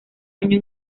año